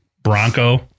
Bronco